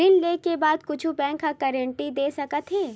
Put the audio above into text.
ऋण लेके बाद कुछु बैंक ह का गारेंटी दे सकत हे?